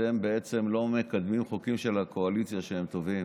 אתם לא מקדמים חוקים של הקואליציה שהם טובים,